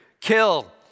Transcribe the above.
kill